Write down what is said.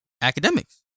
academics